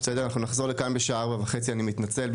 אנחנו נחזור לכאן בשעה 16:30, אני מתנצל,